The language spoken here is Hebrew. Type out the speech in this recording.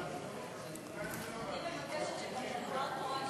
אני מבקשת שגם דבר התורה שלי,